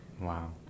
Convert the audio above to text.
wow